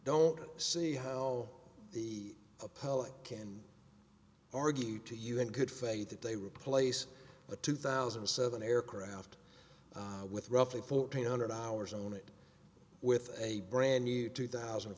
don't see how the public can argued to you in good faith that they replace a two thousand and seven aircraft with roughly fourteen hundred hours on it with a brand new two thousand and